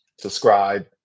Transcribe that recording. Subscribe